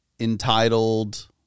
entitled